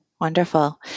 Wonderful